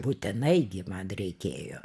būtinai gi man reikėjo